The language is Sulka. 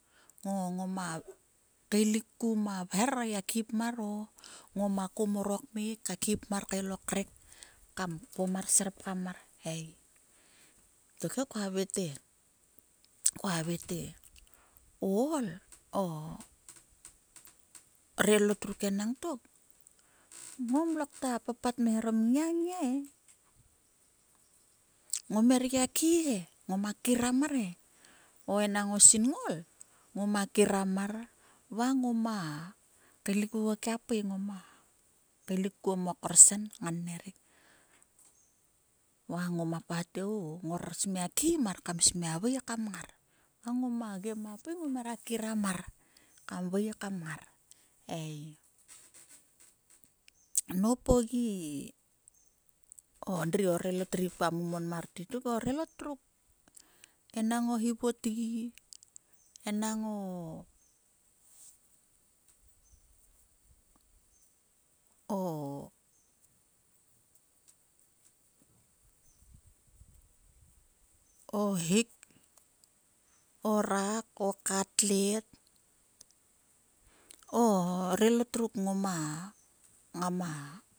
O ngoma komor kmek ka khi pmar kael o krek kam kpom mar ser pgam mar ei. Tokhe kua havaite kua o ol o relot ruk enangtok ngom lok papat kmerharom nngia nngia e. Ngom her gia khi he ngoma kiram mar he. O enang sinngol ngoma kiram mar va ngoma kaelik oguo ma pui ngom gia kaelik kuo ma korson knganner rik. Va ngoma patte o ngor smia khi mar kam smia vui he ka mngar. Toa ngom gem a pui to hera kiram mar kam vui ka minger ei. Nop endri o relot ri kua mon mar tuk mo e orelot ri enang o hivotgi enang o o hik o rak o katlet o relot ruk ngoma ngamo